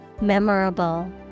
Memorable